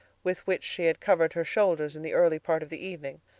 with which she had covered her shoulders in the early part of the evening.